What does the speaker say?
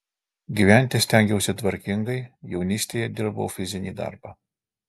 gyventi stengiausi tvarkingai jaunystėje dirbau fizinį darbą